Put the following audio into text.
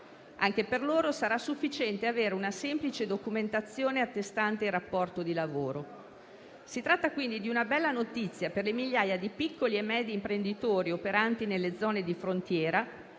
Anche per loro sarà sufficiente avere una semplice documentazione attestante il rapporto di lavoro. Si tratta quindi di una bella notizia per le migliaia di piccoli e medi imprenditori operanti nelle zone di frontiera,